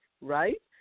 right